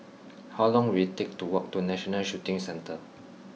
how long will it take to walk to National Shooting Centre